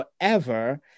forever